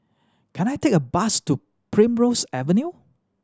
can I take a bus to Primrose Avenue